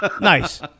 Nice